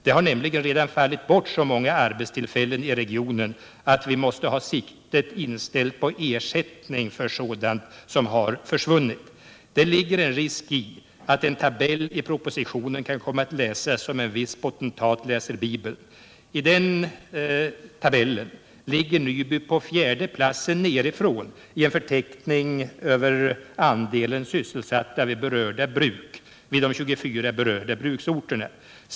Det har nämligen redan fallit bort så många arbetstillfällen i regionen att vi måste ha siktet inställt på ersättning för sådant som har försvunnit. Det ligger en risk i att en tabell i propositionen kan komma att läsas som en viss potentat läser Bibeln. Nyby finns på fjärde platsen nerifrån i förteckningen över andelen sysselsatta på de 24 berörda bruksorterna.